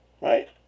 right